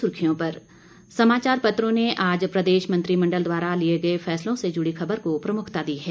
अब सुर्खियां समाचार पत्रों से समाचार पत्रों ने आज प्रदेश मंत्रिमंडल द्वारा लिए गए फैसलों से जुड़ी खबर को प्रमुखता दी है